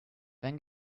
then